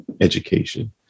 education